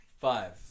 Five